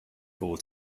for